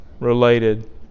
related